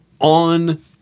on